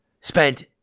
spent